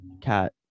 cat